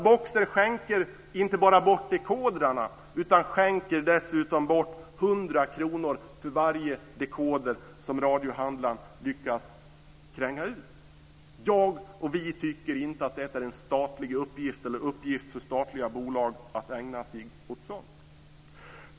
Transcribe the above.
Boxer skänker alltså inte bara bort dekodrarna utan skänker dessutom bort 100 kr för varje dekoder som radiohandlaren lyckas kränga ut. Jag och vi tycker inte att detta är en uppgift för statliga bolag att ägna sig åt.